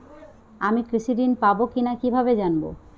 আমি কৃষি ঋণ পাবো কি না কিভাবে জানবো?